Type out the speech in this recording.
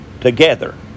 together